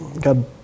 God